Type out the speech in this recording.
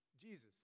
Jesus